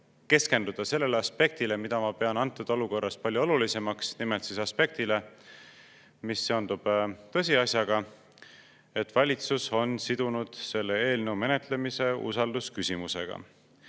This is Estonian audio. keskenduda sellele, mida ma pean praeguses olukorras palju olulisemaks, nimelt aspektile, mis seondub tõsiasjaga, et valitsus on sidunud selle eelnõu menetlemise usaldusküsimusega.